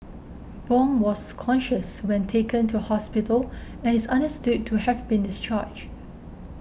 Bong was conscious when taken to hospital and is understood to have been discharged